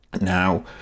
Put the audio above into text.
Now